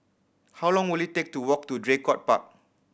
how long will it take to walk to Draycott Park